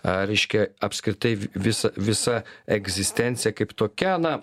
reiškia apskritai visa visa egzistencija kaip tokia na